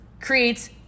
creates